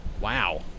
Wow